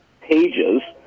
pages